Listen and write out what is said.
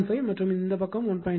5 மற்றும் இது பக்கம் 1